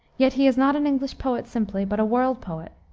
yet he is not an english poet simply, but a world-poet.